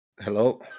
Hello